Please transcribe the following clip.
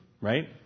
right